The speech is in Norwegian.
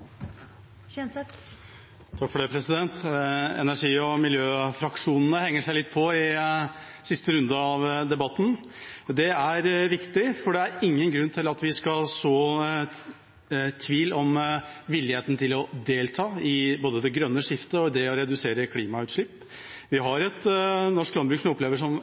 får til i Norge. Energi- og miljøfraksjonene henger seg på i siste runde av debatten. Det er viktig, for det er ingen grunn til at vi skal så tvil om villigheten til å delta i både det grønne skiftet og det å redusere klimautslipp. Vi har et norsk landbruk som jeg opplever som